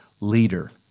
leader